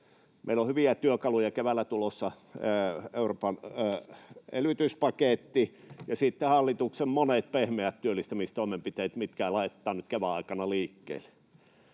Meillä on hyviä työkaluja keväällä tulossa, Euroopan elvytyspaketti ja sitten hallituksen monet pehmeät työllistämistoimenpiteet, mitkä laitetaan nyt kevään aikana liikkeelle.